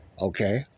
Okay